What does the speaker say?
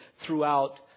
throughout